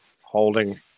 holding